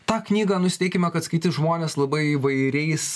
tą knygą nusiteikime kad skaitys žmonės labai įvairiais